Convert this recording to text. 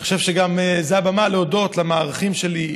אני חושב שגם זאת הבמה להודות למארחים שלי,